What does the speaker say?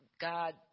God